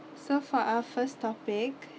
so for our first topic